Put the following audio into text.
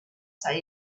say